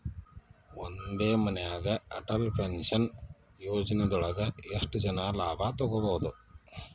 ಒಂದೇ ಮನ್ಯಾಗ್ ಅಟಲ್ ಪೆನ್ಷನ್ ಯೋಜನದೊಳಗ ಎಷ್ಟ್ ಜನ ಲಾಭ ತೊಗೋಬಹುದು?